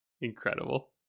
Incredible